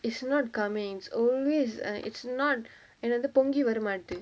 it's not coming it's always err it's not என்னது பொங்கி வரமாட்டு:ennathu pongi varamaattu